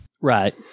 Right